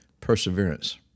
perseverance